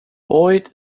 boyd